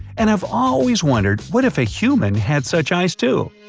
and i've always wondered what if a human had such eyes too.